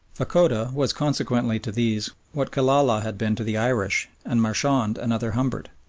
fachoda was consequently to these what killala had been to the irish, and marchand another humbert.